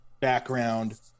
background